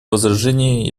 возражений